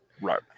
Right